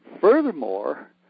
furthermore